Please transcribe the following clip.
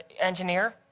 engineer